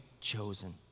chosen